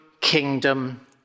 kingdom